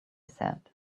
said